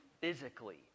physically